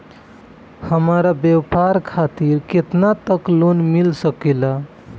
हमरा व्यापार खातिर केतना तक लोन मिल सकेला?